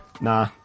Nah